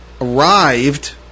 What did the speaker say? arrived